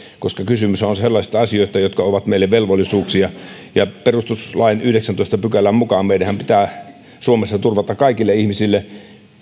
koska kysymyshän on sellaisista asioista jotka ovat meille velvollisuuksia ja perustuslain yhdeksännentoista pykälän mukaanhan meidän pitää suomessa turvata kaikille ihmisille